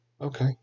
Okay